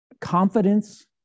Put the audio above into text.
confidence